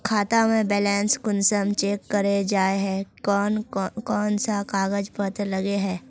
खाता में बैलेंस कुंसम चेक करे जाय है कोन कोन सा कागज पत्र लगे है?